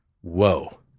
whoa